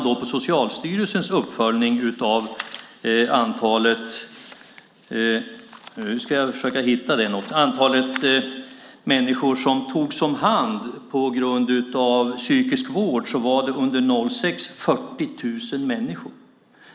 Enligt Socialstyrelsens uppföljning var antalet människor som togs om hand på grund av psykisk vård 40 000 under 2006.